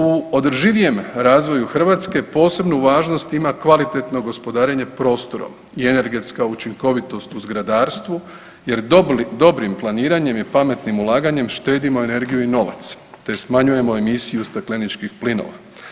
U održivijem razvoju Hrvatske, posebnu važnost ima kvalitetno gospodarenje prostorom i energetska učinkovitost u zgradarstvu jer dobrim planiranjem i pametnim ulaganje, štedimo energiju i novac te smanjujemo emisiju stakleničkih plinova.